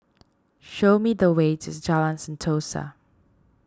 show me the way to Jalan Sentosa